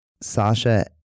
Sasha